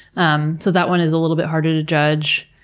um so that one is a little bit harder to judge.